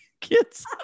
kids